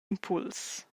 impuls